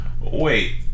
Wait